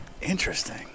Interesting